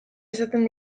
izaten